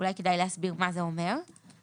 ואולי כדאי להסביר מה זה אומר - בשיעור